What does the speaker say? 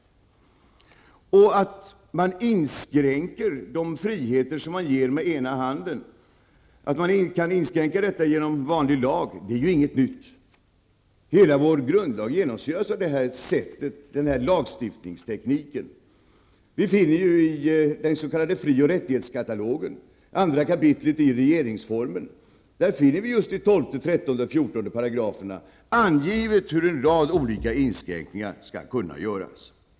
Att man inskränker de friheter som man ger med ena handen genom vanlig lag är ju inget nytt. Hela vår grundlag genomsyras av den lagstiftningstekniken. I den s.k. fri och rättighetskatalogen, 2 kap. regeringsformen, finner vi i 12, 13 och 14 §§ angivet hur en rad olika inskränkningar skall kunna göras.